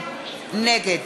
נגד